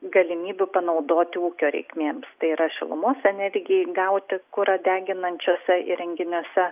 galimybių panaudoti ūkio reikmėms tai yra šilumos energijai gauti kurą deginančiuose įrenginiuose